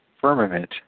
firmament